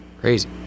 crazy